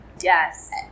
Yes